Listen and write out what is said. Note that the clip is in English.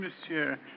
monsieur